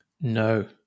no